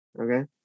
Okay